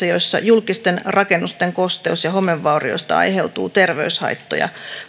joissa julkisten rakennusten kosteus ja homevauriosta aiheutuu terveyshaittoja